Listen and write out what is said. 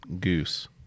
goose